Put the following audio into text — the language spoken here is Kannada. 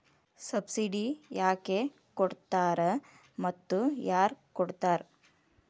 ಸಬ್ಸಿಡಿ ಯಾಕೆ ಕೊಡ್ತಾರ ಮತ್ತು ಯಾರ್ ಕೊಡ್ತಾರ್?